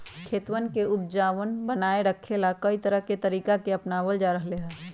खेतवन के उपजाऊपन बनाए रखे ला, कई तरह के तरीका के अपनावल जा रहले है